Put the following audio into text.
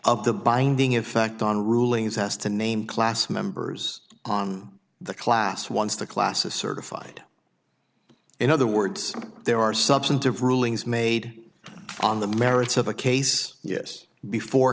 of the binding effect on rulings has to name class members on the class once the classes certified in other words there are substantive rulings made on the merits of a case yes before